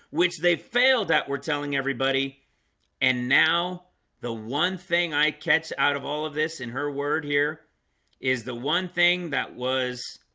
which they failed that we're telling everybody and now the one thing i catch out of all of this in her word here is the one thing that was?